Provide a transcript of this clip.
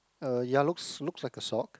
uh ya looks looks like a sock